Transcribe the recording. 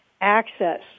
access